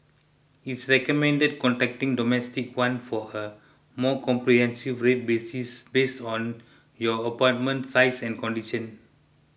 it's recommended contacting Domestic One for a more comprehensive rate bases based on your apartment size and condition